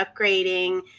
upgrading